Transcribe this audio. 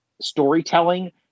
storytelling